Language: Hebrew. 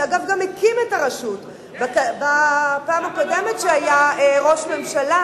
שאגב גם הקים את הרשות בפעם הקודמת כשהיה ראש ממשלה,